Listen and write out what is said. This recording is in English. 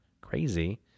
crazy